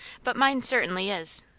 but mine certainly is.